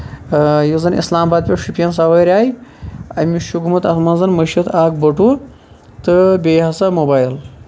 یُس زَن اِسلام آباد پٮ۪ٹھ شُپین سَوٲرۍ آیہِ أمِس چھُ گوٚمُت اَتھ منٛز مٔشِد اکھ بٔٹوٕ تہٕ بیٚیہِ ہسا موبایِل